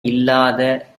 இல்லாத